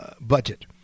budget